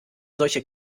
solche